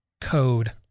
code